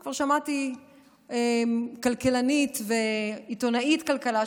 וכבר שמעתי גם עיתונאית כלכלה שאומרת: